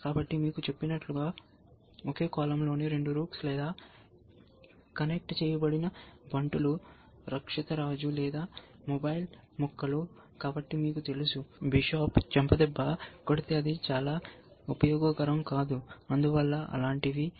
కాబట్టి మీకు చెప్పినట్లుగా ఒకే కాలమ్లోని రెండు రూక్స్ లేదా కనెక్ట్ చేయబడిన బంటులు రక్షిత రాజు లేదా మొబైల్ ముక్కలు కాబట్టి మీకు తెలుసు బిషప్ చెంపదెబ్బ కొడితే అది చాలా ఉపయోగకరం కాదు అందువల్ల అలాంటివి